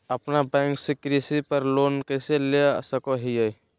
अपना बैंक से कृषि पर लोन कैसे ले सकअ हियई?